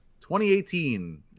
2018